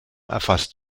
erfasst